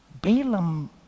Balaam